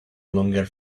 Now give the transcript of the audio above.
longer